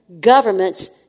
governments